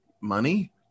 money